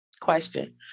Question